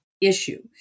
issue